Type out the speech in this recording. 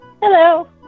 Hello